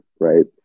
right